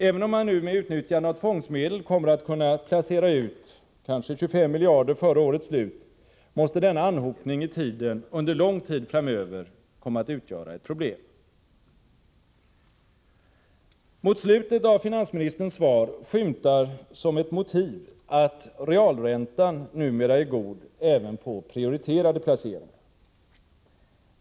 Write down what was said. Även om man nu med utnyttjande av tvångsmedel kommer att kunna placera ut kanske 25 miljarder före årets slut, måste denna anhopning i tiden under lång tid framöver komma att utgöra ett problem. Mot slutet av finansministerns svar skymtar som ett motiv att realräntan numera är god även på prioriterade placeringar.